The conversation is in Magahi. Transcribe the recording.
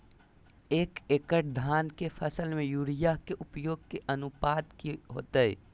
एक एकड़ धान के फसल में यूरिया के उपयोग के अनुपात की होतय?